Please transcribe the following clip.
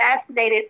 fascinated